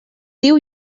diu